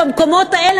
במקומות האלה,